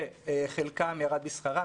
שחלקם ירד בשכרו.